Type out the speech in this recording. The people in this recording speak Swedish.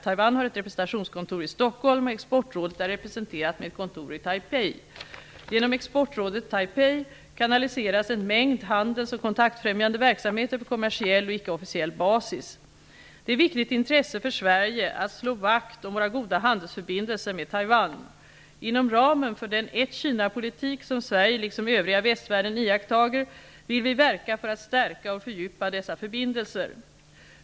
Taiwan har ett representationskontor i Stockholm, och Exportrådet är representerat med ett kontor i Taipei. Genom Exportrådet Taipei kanaliseras en mängd handels och kontaktfrämjande verksamheter på kommersiell och icke-officiell basis. Det är ett viktigt intresse för Sverige att slå vakt om våra goda handelsförbindelser med Taiwan. Inom ramen för den ett-Kina-politik som Sverige liksom övriga västvärlden iakttar vill vi verka för att stärka och fördjupa dessa förbindelser.